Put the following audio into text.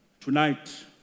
tonight